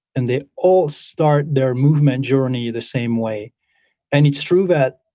and they all start their movement journey the same way and it's true that